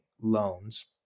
loans